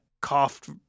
coughed